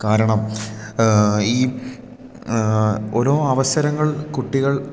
കാരണം ഈ ഓരോ അവസരങ്ങൾ കുട്ടികൾ